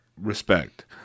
respect